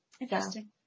interesting